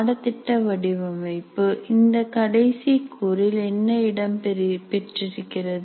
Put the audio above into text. பாடத்திட்ட வடிவமைப்பு இந்தக் கடைசிக் கூறில் என்ன இடம் பெற்றிருக்கிறது